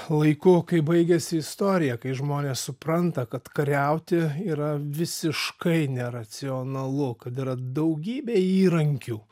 laiku kai baigiasi istorija kai žmonės supranta kad kariauti yra visiškai neracionalu kad yra daugybė įrankių